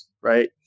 right